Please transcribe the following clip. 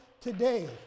today